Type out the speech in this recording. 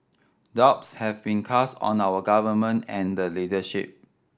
doubts have been cast on our Government and the leadership